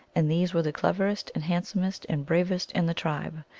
and these were the cleverest and hand somest and bravest in the tribe.